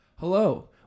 Hello